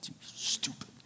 Stupid